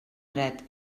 dret